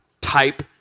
type